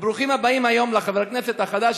וברוכים הבאים היום לחבר הכנסת החדש,